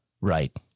Right